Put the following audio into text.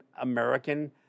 American